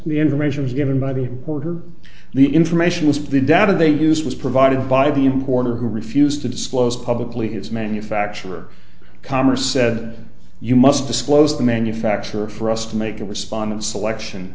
the information was given by the order the information was the data they used was provided by the importer who refused to disclose publicly his manufacturer commerce said you must disclose the manufacturer for us to make it was spawn of selection